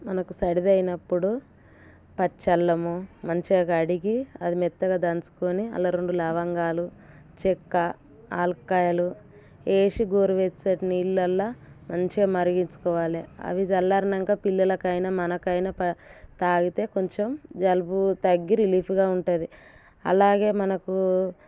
మనకు సర్ది అయినప్పుడు పచ్చి అల్లంము మంచిగా కడిగి అది మెత్తగా దంచుకోని అందులో రెండు లవంగాలు చెక్క వెలక్కాయలు వేసి గోరు వెచ్చటి నీళ్ళల్లో మంచిగా మరిగిచ్చుకోవాలి అవి చల్లారాకా పిల్లలకైనా మనకైనా ప తాగితే కొంచెం జలుబు తగ్గి రిలీఫ్గా ఉంటుంది అలాగే మనకు